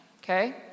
okay